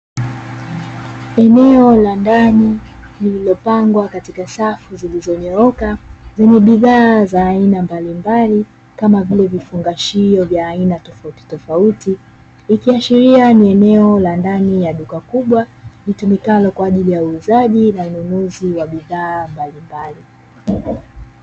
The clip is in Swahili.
Eneo la ndani lililopangwa katika safu zilizonyooka, zenye bidhaa za aina mbalimbali kama vile vifungashio vya aina tofautitofauti, ikiashiria ni eneo la ndani ya duka kubwa litumikalo kwa ajili ya uuzaji na ununuzi wa bidhaa mbalimbali.